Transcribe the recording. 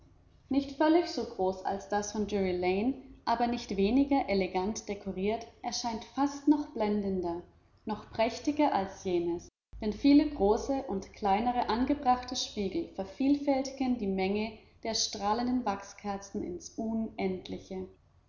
nicht völlig so groß als das von drury lane aber nicht weniger elegant dekoriert erscheint fast noch blendender noch prächtiger als jenes denn viele große und kleinere angebrachte spiegel vervielfältigen die menge der strahlenden wachskerzen ins unendliche